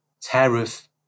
tariff